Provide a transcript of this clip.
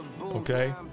okay